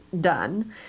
done